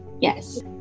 Yes